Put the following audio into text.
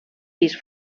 vist